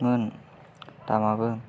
मोन दामाबो